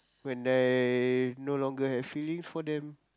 when they no longer have feelings for them